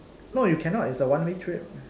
no you cannot it's a one way trip